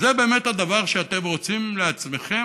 זה באמת הדבר שאתם רוצים לעצמכם?